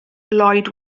lloyd